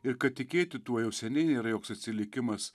ir kad tikėti tuo jau seniai nėra joks atsilikimas